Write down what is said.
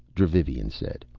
dravivian said,